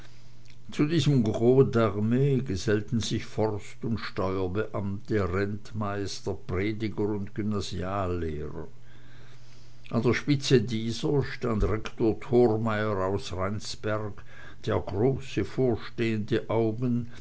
zu diesem gros d'arme gesellten sich forst und steuerbeamte rentmeister prediger und gymnasiallehrer an der spitze dieser stand rektor thormeyer aus rheinsberg der große vorstehende augen